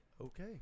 Okay